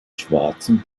schwarzen